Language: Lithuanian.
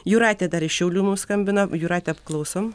jūratė dar iš šiaulių mum skambina jūrate klausom